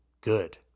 good